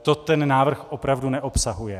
To ten návrh opravdu neobsahuje.